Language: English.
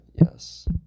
yes